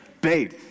babe